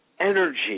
energy